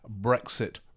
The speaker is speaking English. Brexit